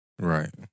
Right